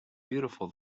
beautiful